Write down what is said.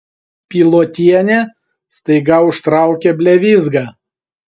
pilotienė staiga užtraukia blevyzgą